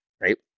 right